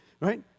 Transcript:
right